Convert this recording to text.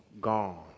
gone